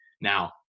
Now